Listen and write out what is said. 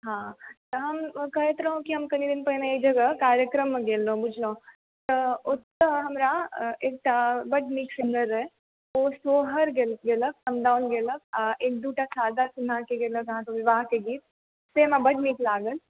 हँ तऽ हम कहैत रहौ कि हम कनि दिन पहिने एक जगह कार्यक्रममे गेलहुँ बुझलहुँ तऽ ओतऽ हमरा एकटा बड नीक सिङ्गर रहय ओ सोहर गेलक समदाओन गेलक आ एक दुटा शारदा सिन्हाके गेलक अहाँकेँ विवाहके गीत से हमरा बड नीक लागल